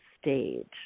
stage